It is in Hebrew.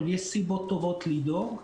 אבל יש סיבות טובות לדאוג,